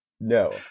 no